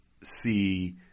see –